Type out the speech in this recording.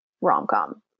rom-com